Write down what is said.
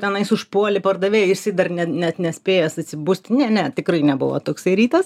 tenais užpuolė pardavėją ir jisai dar ne net nespėjęs atsibusti ne ne tikrai nebuvo toksai rytas